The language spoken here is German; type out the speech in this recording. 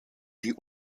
die